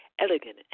elegant